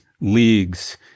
leagues